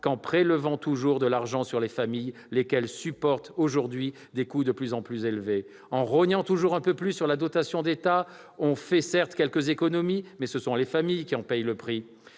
qu'en prélevant toujours de l'argent sur les familles, lesquelles supportent aujourd'hui des coûts de plus en plus élevés. En rognant toujours un peu plus sur la dotation d'État, on fait, certes, quelques économies, mais ce sont les familles qui en paient le prix